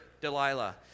Delilah